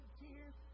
tears